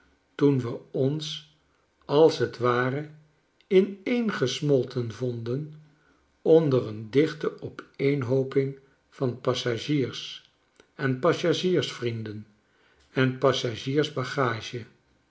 toen we ons als t ware ineengesmolten vonden onder een dichte opeenhooping van passagiers en passagiers vrienden en passagiers bagage